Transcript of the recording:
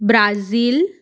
Brazil